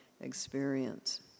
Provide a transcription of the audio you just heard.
experience